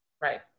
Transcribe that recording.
Right